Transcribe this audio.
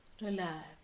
relax